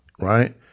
right